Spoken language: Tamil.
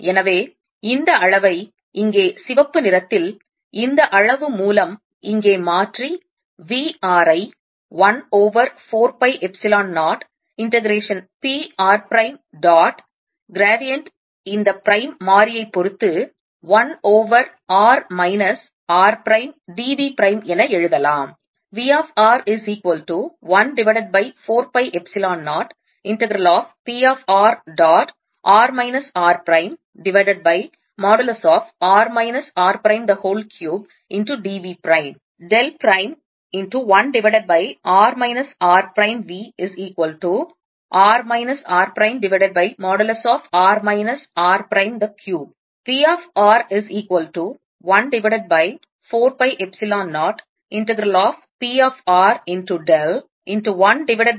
எனவே இந்த அளவை இங்கே சிவப்பு நிறத்தில் இந்த அளவு மூலம் இங்கே மாற்றி v r ஐ 1 over 4 pi epsilon 0 integration p r prime dot gradient இந்த பிரைம் மாறியைப் பொறுத்து 1 over r minus r prime d v prime என எழுதலாம்